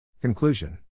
Conclusion